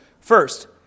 First